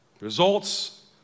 Results